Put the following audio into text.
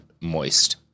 moist